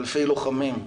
לאלפי לוחמים,